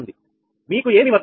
మీకు ఏమీ వస్తుందంటే V31 1